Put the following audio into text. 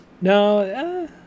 no